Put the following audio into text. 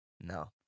No